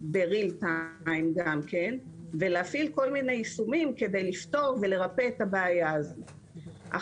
בזמן אמת ולהפעיל כל מיני יישומים כדי לפתור ולרפא את הבעיה הזאת.